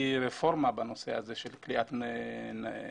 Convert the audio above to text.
רפורמה בנושא הזה של כליאת קטינים